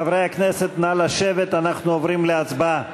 חברי הכנסת, נא לשבת, אנחנו עוברים להצבעה.